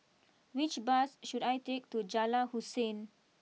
which bus should I take to Jalan Hussein